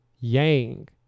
Yang